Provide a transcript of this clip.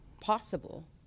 possible